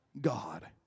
God